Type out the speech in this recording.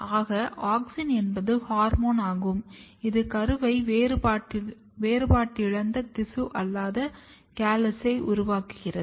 ஆக ஆக்ஸின் என்பது ஹார்மோன் ஆகும் இது கருவை வேறுபாடிழந்த திசு அல்லது கேலஸை உருவாக்குகிறது